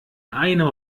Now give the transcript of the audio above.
einem